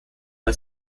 bei